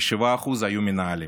כ-7% היו מנהלים.